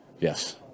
Yes